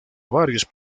varios